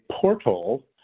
portal